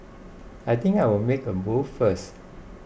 I think I'll make a move first